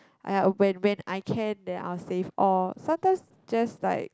!aiya! when when I can then I'll save all sometimes just like